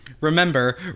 Remember